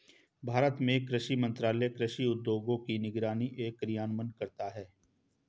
भारत में कृषि मंत्रालय कृषि उद्योगों की निगरानी एवं कार्यान्वयन करता है